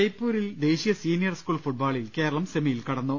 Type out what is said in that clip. ജയ്പൂരിൽ ദേശീയ senior school ഫുട്ബോ ളിൽ കേരളം സെമിയിൽ കടന്നു